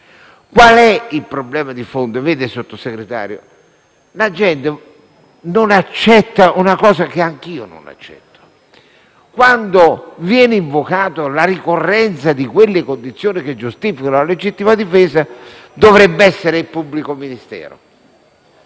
Qual è il problema di fondo? Vede, Sottosegretario, la gente non accetta una cosa che neanche io accetto: quando viene invocata la ricorrenza di quelle condizioni che giustificano la legittima difesa, dovrebbe essere il pubblico ministero